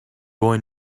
boy